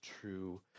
true